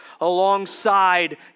alongside